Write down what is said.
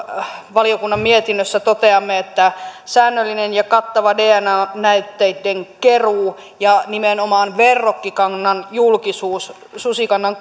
valiokunnan mietinnössä toteamme että säännöllinen ja kattava dna näytteiden keruu ja nimenomaan verrokkikannan julkisuus susikannan